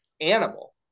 animal